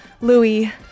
Louis